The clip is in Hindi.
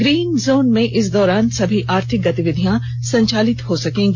ग्रीन जोन में इस दौरान सभी आर्थिक गतिविधियाँ संचालित हो सकेंगी